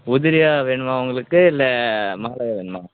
உதிரியா வேணுமா உங்களுக்கு இல்லை மாலையா வேணுமா